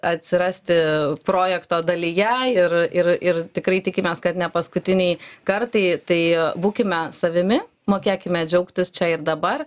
atsirasti projekto dalyje ir ir ir tikrai tikimės kad nepaskutiniai kartai tai būkime savimi mokėkime džiaugtis čia ir dabar